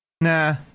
nah